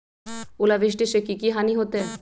ओलावृष्टि से की की हानि होतै?